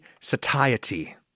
satiety